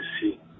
see